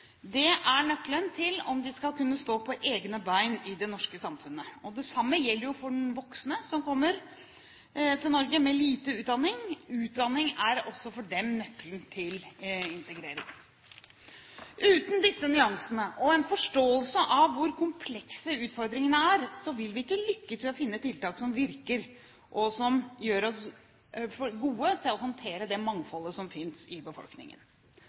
Det er nøkkelen til å stå på egne bein i det norske samfunnet. Det samme gjelder voksne som kommer til Norge med lite utdanning. Utdanning er også for dem nøkkelen til integrering. Uten disse nyansene og en forståelse av hvor komplekse utfordringene er, vil vi ikke lykkes med å finne tiltak som virker, og som gjør oss gode til å håndtere det mangfoldet som finnes i befolkningen.